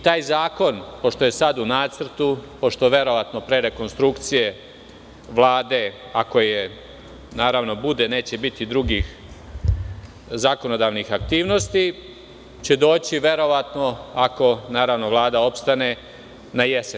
Taj zakon, pošto je sada u nacrtu, pošto verovatno pre rekonstrukcije Vlade, ako je bude, neće biti drugih zakonodavnih aktivnosti, će doći verovatno ako, naravno, Vlada opstane najesen.